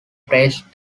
praised